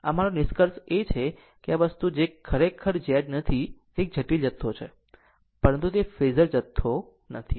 આમ આમ મારો નિષ્કર્ષ એ છે કે આ વસ્તુ જે Z ખરેખર નથી તે એક જટિલ જથ્થો છે પરંતુ તે ફેઝર જથ્થો નથી